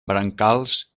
brancals